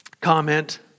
comment